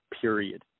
period